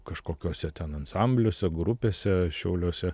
kažkokiuose ten ansambliuose grupėse šiauliuose